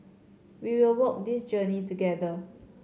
we will walk this journey together